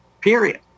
period